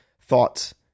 thoughts